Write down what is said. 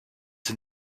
sie